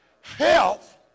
Health